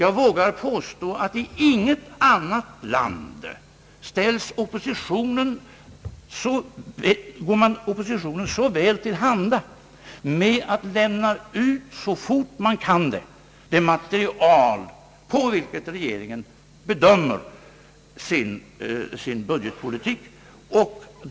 Jag vågar påstå att det inte finns något annat land där man går oppositionen så väl till handa när det gäller att så fort som möjligt lämna ut det material som regeringen bedömer sin budgetpolitik på.